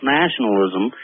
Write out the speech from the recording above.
nationalism